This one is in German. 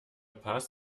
paz